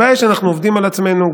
הבעיה היא שאנחנו עובדים על עצמנו.